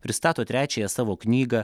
pristato trečiąją savo knygą